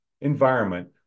environment